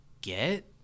get